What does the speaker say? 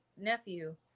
nephew